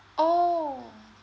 oh